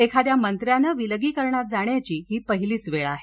एखाद्या मंत्र्यानं विलगीकरणात जाण्याची ही पहिलीच वेळ आहे